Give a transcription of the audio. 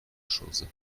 choses